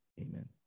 amen